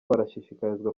barashishikarizwa